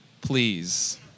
please